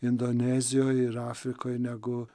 indonezijoj ir afrikoj negu